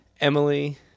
Emily